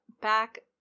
back